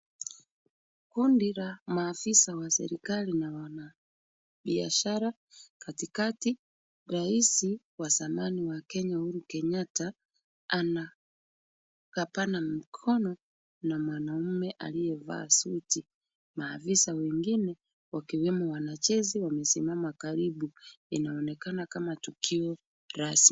Kundi la maafisa wa serikali na wanabiashara, katikati rais wa zamani wa Kenya Uhuru Kenyatta, anakabana mkono na mwanamume aliyevaa suti. Maafisa wengine wakiwemo wanajeshi wamesimama karibu. Inaonekana kama tukio rasmi.